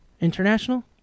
International